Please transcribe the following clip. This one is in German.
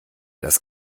das